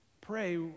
Pray